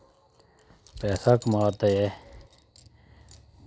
पैसा कमा दा ऐ